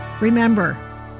Remember